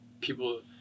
people